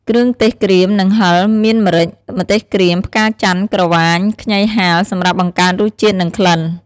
គ្រឿងទេសក្រៀម និងហឹរ មានម្រេច ម្ទេសក្រៀម ផ្កាច័ន្ទ ក្រវាញ ខ្ញីហាល សម្រាប់បង្កើនរសជាតិ និងក្លិន។